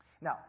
Now